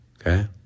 okay